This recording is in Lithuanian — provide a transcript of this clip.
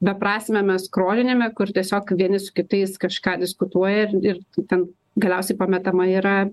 beprasmiame skrolinime kur tiesiog vieni su kitais kažką diskutuoja ir ir ten galiausiai pametama yra